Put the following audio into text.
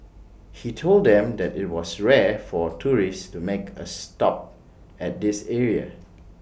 he told them that IT was rare for tourists to make A stop at this area